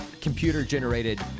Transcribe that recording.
computer-generated